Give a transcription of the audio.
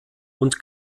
und